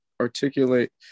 articulate